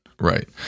Right